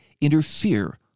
interfere